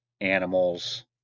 animals